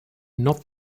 not